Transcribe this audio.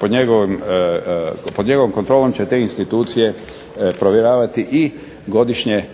pod njegovom kontrolom će te institucije provjeravati i godišnji financijski